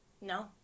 No